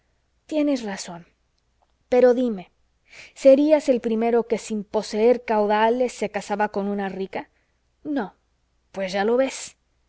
tienes razón pero dime serías el primero que sin poseer caudales se casaba con una rica no pues ya lo ves